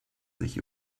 sich